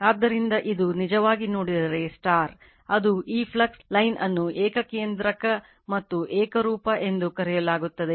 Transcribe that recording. ಆದ್ದರಿಂದ ಇದು ನಿಜವಾಗಿ ನೋಡಿದರೆ ಅದು ಈ ಫ್ಲಕ್ಸ್ ಲೈನ್ ಅನ್ನು ಏಕಕೇಂದ್ರಕ ಮತ್ತು ಏಕರೂಪ ಎಂದು ಕರೆಯಲಾಗುತ್ತದೆ